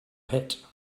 pit